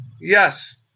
Yes